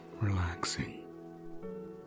relaxing